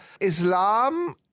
Islam